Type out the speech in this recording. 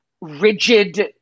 rigid